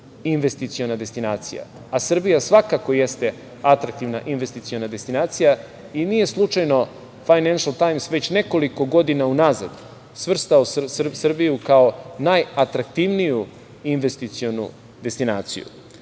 investiciona destinacija, a Srbija svakako jeste atraktivna investiciona destinacija i nije slučajno „Fajnenšel tajms“, već nekoliko godina unazad svrstao Srbiju kao najatraktivniju investicionu destinaciju. Kada